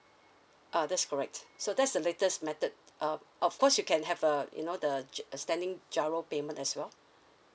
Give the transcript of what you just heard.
uh that's correct so that's the latest method um of course you can have uh you know the ch~ standing GIRO payment as well